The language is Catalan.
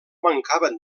mancaven